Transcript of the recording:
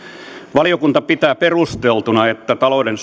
valiokunta pitää perusteltuna että talouden